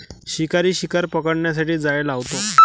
शिकारी शिकार पकडण्यासाठी जाळे लावतो